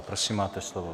Prosím, máte slovo.